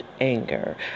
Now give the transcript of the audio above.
anger